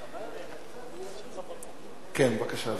כן, בבקשה.